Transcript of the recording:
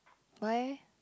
why eh